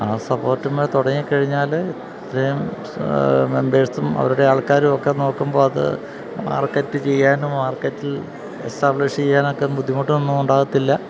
ആ സപ്പോർട്ടിന്മേല് തുടങ്ങിക്കഴിഞ്ഞാല് ഇത്രയും മെമ്പേഴ്സും അവരുടെ ആൾക്കാരുമൊക്കെ നോക്കുമ്പോള് അത് മാർക്കറ്റ് ചെയ്യാനും മാർക്കറ്റിൽ എസ്റ്റാബ്ലിഷ് ചെയ്യാനുമൊക്കെ ബുദ്ധിമുട്ടൊന്നുമുണ്ടാകില്ല